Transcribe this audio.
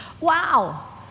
Wow